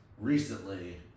recently